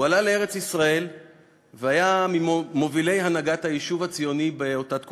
הוא עלה לארץ-ישראל והיה ממובילי הנהגת היישוב הציוני באותה תקופה.